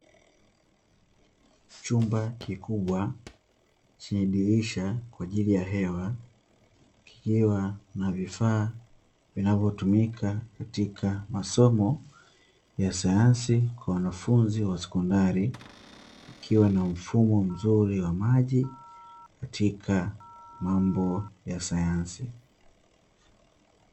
Chumba kikubwa chenye dirisha kwa ajili ya hewa kikiwa na vifaa vinavyotumika katika masomo ya sayansi kwa wanafunzi wa sekondari, kukiwa na mfumo mzuri wa maji katika mambo ya sayansi.